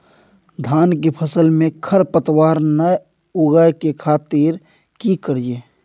धान के फसल में खरपतवार नय उगय के खातिर की करियै?